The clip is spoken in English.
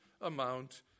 amount